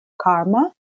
karma